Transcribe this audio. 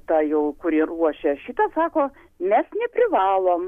ta jau kuri ruošia šito sako mes neprivalom